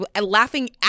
laughing